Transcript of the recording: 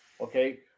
okay